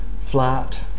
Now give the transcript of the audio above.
flat